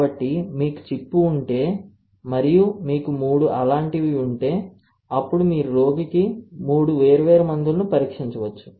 కాబట్టి మీకు చిప్ ఉంటే మరియు మీకు 3 అలాంటివి ఉంటే అప్పుడు మీరు రోగికి 3 వేర్వేరు మందులను పరీక్షించవచ్చు